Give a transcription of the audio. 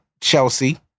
Chelsea